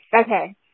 Okay